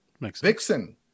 Vixen